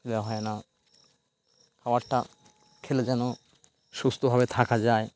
দেওয়া হয় না খাবারটা খেলে যেন সুস্থভাবে থাকা যায়